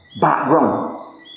background